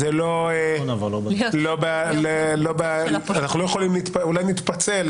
אולי נתפצל,